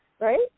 right